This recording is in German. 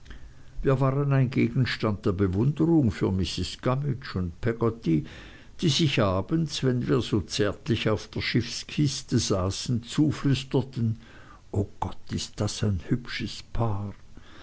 wir waren ein gegenstand der bewunderung für mrs gummidge und peggotty die sich abends wenn wir so zärtlich auf der schiffskiste saßen zuflüsterten o gott ist das ein hübsches paar